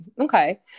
Okay